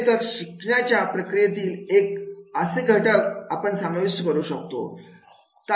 हे तर शिकण्याच्या प्रक्रियेतील असे असे घटक आपण समाविष्ट करू शकतो